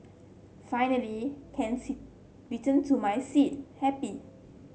finally can return to my seat happy